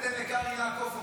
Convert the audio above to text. אל תיתן לקרעי לעקוף אותך.